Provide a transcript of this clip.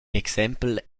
exempel